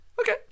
okay